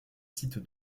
site